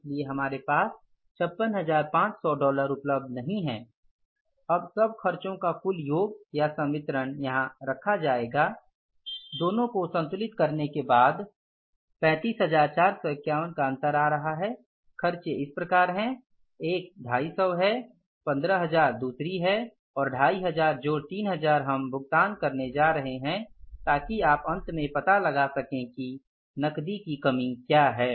इसलिए हमारे पास ५६५०० डॉलर उपलब्ध नहीं है अब सब खर्चों का कुल योग या संवितरण यहां रखा जायेगा दोनों को संतुलित करने के बाद ३५४५१ का अंतर आ रहा है खर्चे इस प्रकार है एक 250 है 15000 दूसरी है और २५०० जोड़ 3000 हम भुगतान करने जा रहे हैं ताकि आप अंत में पता लगा सकें कि नकदी की कमी क्या है